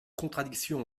contradiction